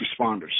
responders